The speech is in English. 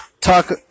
talk